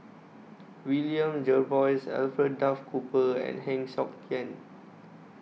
William Jervois Alfred Duff Cooper and Heng Siok Tian